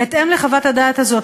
בהתאם לחוות הדעת הזאת,